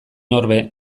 orbe